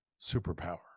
superpower